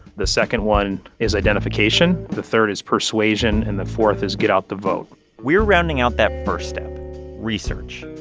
the second one is identification. the third is persuasion. and the fourth is get out the vote we're rounding out that first step research.